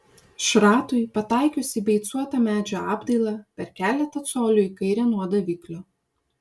šratui pataikius į beicuotą medžio apdailą per keletą colių į kairę nuo daviklio